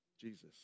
Jesus